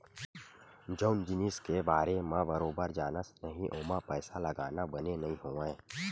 जउन जिनिस के बारे म बरोबर जानस नइ ओमा पइसा लगाना बने नइ होवय